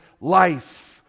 life